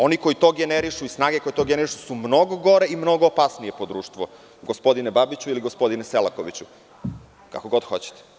Oni koji to generišu i snage koje to generišu su mnogo gore i opasnije po društvo, gospodine Babiću ili gospodine Selakoviću, kako god hoćete.